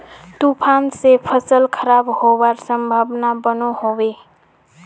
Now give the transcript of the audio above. तूफान से फसल खराब होबार संभावना बनो होबे?